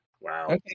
Wow